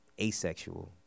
asexual